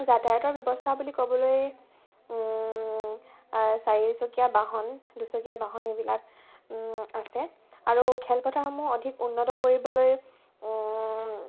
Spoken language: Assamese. যাতায়তৰ ব্যৱস্থা বুলি ক'বলৈ চাৰিচকীয়া বাহন দুচকীয়া বাহন এইবিলাক আছে আৰু খেলপথাৰসমূহ অধিক উন্নত কৰিবলৈ